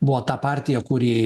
buvo ta partija kuri